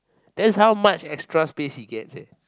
that's how much extra space he gets eh